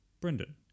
Brendan